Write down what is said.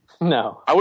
No